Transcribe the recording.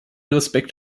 respekt